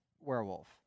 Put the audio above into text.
werewolf